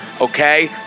Okay